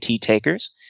takers